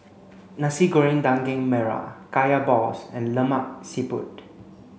Nasi Goreng Daging Merah Kaya Balls and Lemak Siput